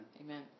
Amen